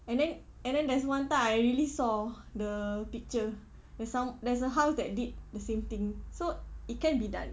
and then and then there's one time I really saw the picture there's some there's a house that did the same thing so it can be done